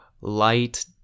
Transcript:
light